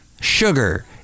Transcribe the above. Sugar